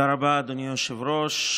תודה רבה, אדוני היושב-ראש.